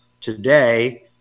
today